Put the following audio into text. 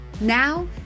Now